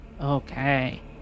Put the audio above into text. Okay